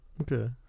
Okay